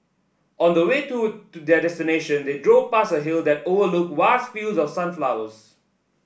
on the way to their destination they drove past a hill that overlooked vast fields of sunflowers